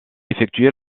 effectué